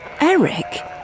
Eric